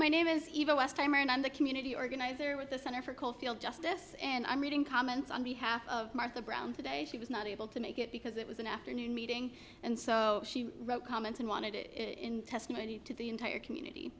my name is even westheimer and i'm the community organizer with the center for caulfield justice and i'm reading comments on behalf of martha brown today she was not able to make it because it was an afternoon meeting and so she wrote comments and wanted it in testimony to the entire community